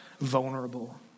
vulnerable